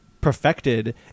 perfected